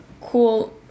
cool